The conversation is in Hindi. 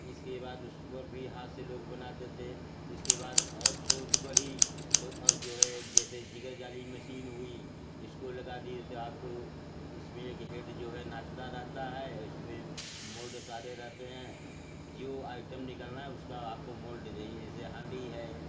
इसके बाद उस पर भी हाथ से लोग बनाते थे इसके बाद और सोच बढ़ी तो अब जो है एक जैसे जिगर जाली मशीन हुई इसको लगा दिए तो आपको इसमें एक हेड जो है नाचता रहता है और इसमें मोड सारे रहते हैं जो आइटम निकालना है उसका आप को मोल्ड चाहिए जैसे हांडी है